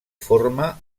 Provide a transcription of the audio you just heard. forma